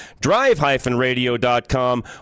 drive-radio.com